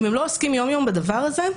אם הם לא עוסקים יום יום בדבר הזה,